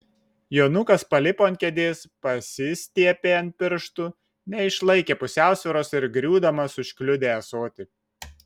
jonukas palipo ant kėdės pasistiepė ant pirštų neišlaikė pusiausvyros ir griūdamas užkliudė ąsotį